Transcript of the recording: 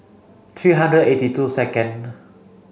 three hundred eighty two second